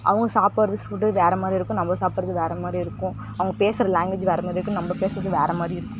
அவங்க சாப்பிடுற ஃபுட்டு வேறு மாதிரி இருக்கும் நம்ம சாப்பிடுறது வேறு மாதிரி இருக்கும் அவங்க பேசுகிற லாங்வேஜ் வேறு மாதிரிருக்கும் நம்ம பேசுவது வேறு மாதிரிருக்கும்